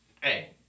Hey